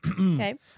Okay